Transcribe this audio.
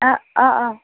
অঁ অঁ অঁ